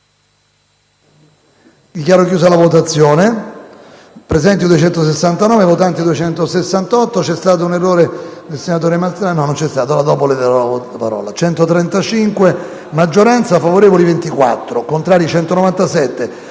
Dichiaro aperta la votazione.